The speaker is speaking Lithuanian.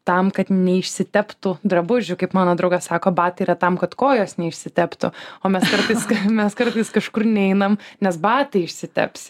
tam kad neišsiteptų drabužių kaip mano draugas sako batai yra tam kad kojos neišsiteptų o mes kartais mes kartais kažkur neinam nes batai išsiteps